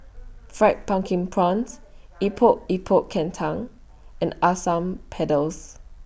Fried Pumpkin Prawns Epok Epok Kentang and Asam Pedas